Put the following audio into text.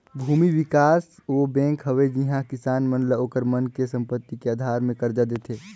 भूमि बिकास बेंक ओ बेंक हवे जिहां किसान मन ल ओखर मन के संपति के आधार मे करजा देथे